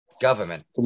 government